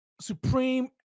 supreme